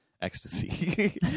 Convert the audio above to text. ecstasy